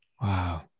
Wow